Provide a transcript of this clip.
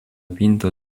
pinto